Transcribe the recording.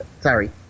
Sorry